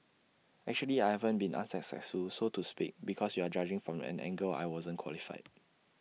actually I haven't been unsuccessful so to speak because you are judging from an angle I wasn't qualified